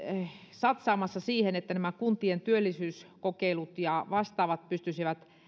satsaamassa paljon siihen että nämä kuntien työllisyyskokeilut ja vastaavat pystyisivät